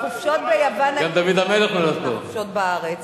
דרך אגב, החופשות ביוון, מהחופשות בארץ.